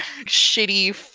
shitty